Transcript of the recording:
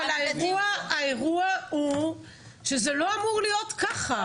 אבל האירוע הוא שזה לא אמור להיות ככה.